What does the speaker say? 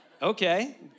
Okay